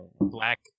black